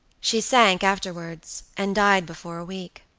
she sank afterwards and died before a week.